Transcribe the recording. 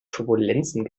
turbulenzen